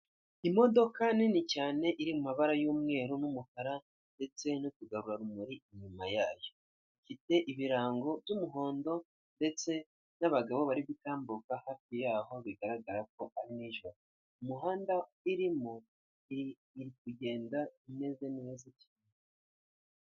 Imodoka nini cyane iri mu mabara y'umweru n'umukara ndetse n'utugarura rumuri inyuma yayo, ifite ibirango by'umuhondo ndetse n'abagabo bari gutambuka hafi yaho bigaragara ko ari nijoro, umuhanda irimo iri kugenda imeze neza cyane.